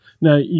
Now